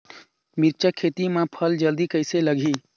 मिरचा खेती मां फल जल्दी कइसे लगही?